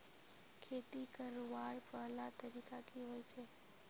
खेती करवार पहला तरीका की होचए?